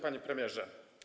Panie Premierze!